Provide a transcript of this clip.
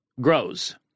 grows